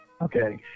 Okay